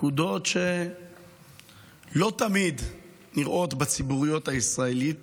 נקודות שלא תמיד נראות בציבוריות הישראלית.